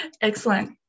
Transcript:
excellent